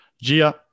Gia